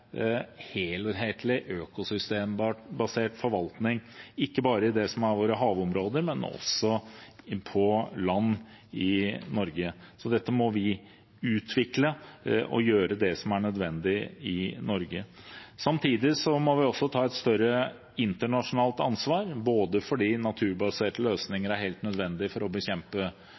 det skal være verneområder – jeg nevnte flere prosesser som er på gang. Samtidig må vi få en bedre, helhetlig, økosystembasert forvaltning, ikke bare av våre havområder, men også av land i Norge. Dette må vi utvikle, og vi må gjøre det som er nødvendig i Norge. Samtidig må vi også ta et